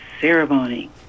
ceremony